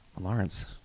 Lawrence